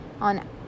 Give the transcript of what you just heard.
on